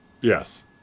Yes